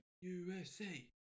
USA